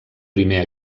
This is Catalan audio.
primer